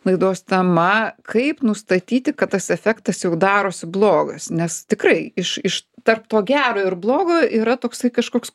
laidos tema kaip nustatyti kad tas efektas jau darosi blogas nes tikrai iš iš tarp to gero ir blogo yra toksai kažkoks